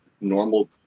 normal